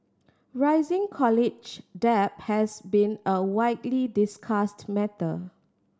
rising college debt has been a widely discussed matter